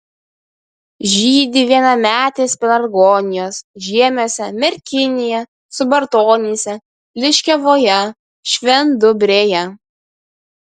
žydi vienametės pelargonijos žiemiuose merkinėje subartonyse liškiavoje švendubrėje